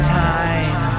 time